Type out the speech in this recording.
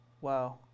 Wow